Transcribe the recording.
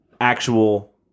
actual